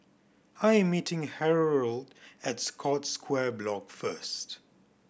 I am meeting Harold at Scotts Square Block first